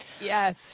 Yes